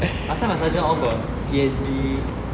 last time my sergeant all got C_S_B